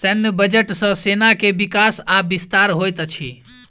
सैन्य बजट सॅ सेना के विकास आ विस्तार होइत अछि